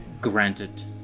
Granted